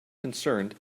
concerned